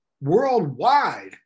worldwide